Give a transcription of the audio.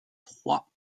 trois